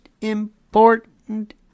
important